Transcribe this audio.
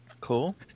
Cool